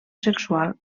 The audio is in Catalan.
sexual